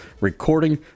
recording